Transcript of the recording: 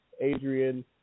Adrian